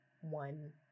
one